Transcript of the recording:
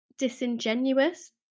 disingenuous